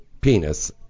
penis